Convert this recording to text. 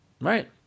Right